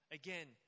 again